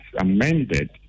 amended